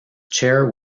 chair